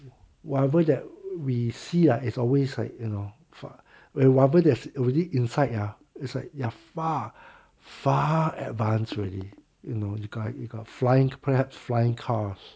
whatever that we see ah it's always like you know for where whatever they have already inside ah it's like they are far far advanced really you know you got you got flying perhaps flying cars